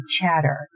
chatter